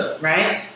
right